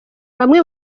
amwe